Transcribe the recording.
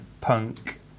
punk